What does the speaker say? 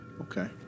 Okay